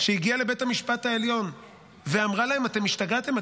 שהגיעה לבית המשפט העליון ואמרה להם: אתם השתגעתם,